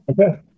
okay